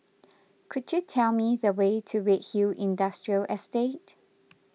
could you tell me the way to Redhill Industrial Estate